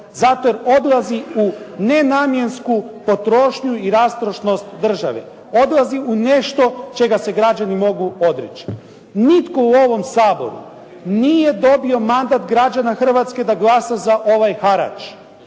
zato jer odlazi u nenamjensku potrošnju i rastrošnost države. Odlazi u nešto čega se građani mogu odreći. Nitko u ovom Saboru nije dobio mandat građana Hrvatske da glasa za ovaj harač.